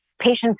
patients